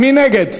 מי נגד?